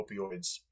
opioids